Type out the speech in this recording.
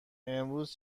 امروز